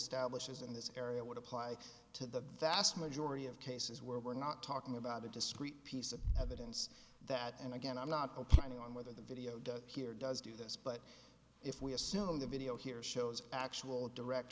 establishes in this area would apply to the vast majority of cases where we're not talking about a discrete piece of evidence that and again i'm not planning on whether the video here does do this but if we assume the video here shows actual direct